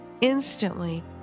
Instantly